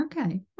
Okay